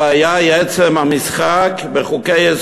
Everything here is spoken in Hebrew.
הבעיה היא עצם המשחק בחוקי-יסוד,